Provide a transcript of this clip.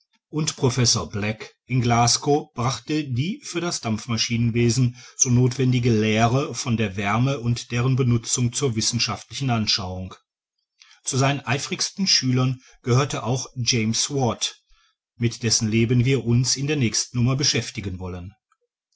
und professor black in glasgow brachte die für das dampfmaschinenwesen so nothwendige lehre von der wärme und deren benutzung zur wissenschaftlichen anschauung zu seinen eifrigsten schülern gehörte auch james watt mit dessen leben wir uns in der nächsten nummer beschäftigen wollen